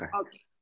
okay